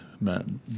men